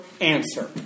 answer